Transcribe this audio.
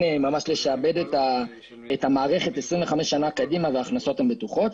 ממש לשעבד את המערכת 25 שנה קדימה וההכנסות הן בטוחות.